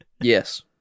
Yes